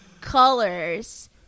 colors